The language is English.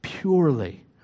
Purely